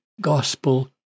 gospel